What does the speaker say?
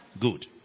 Good